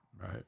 Right